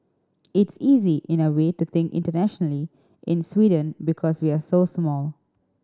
it's easy in a way to think internationally in Sweden because we're so small